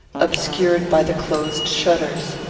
obscured by the closed shutters.